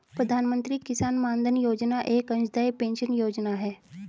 प्रधानमंत्री किसान मानधन योजना एक अंशदाई पेंशन योजना है